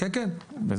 תודה.